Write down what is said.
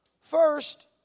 First